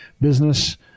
business